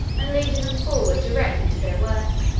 and leading them forward directly to their work.